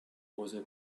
other